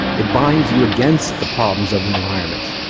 it binds you against the problems of the environment.